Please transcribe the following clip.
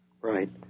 Right